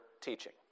teaching